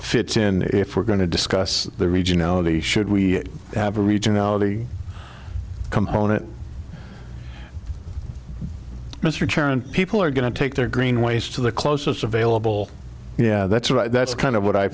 fits in if we're going to discuss the regionally should we have a regionally component mr chairman people are going to take their green ways to the closest available yeah that's right that's kind of what i